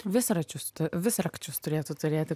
visračius visrakčius turėtų turėti